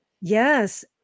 Yes